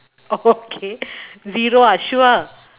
oh okay zero ah sure